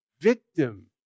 victim